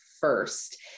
first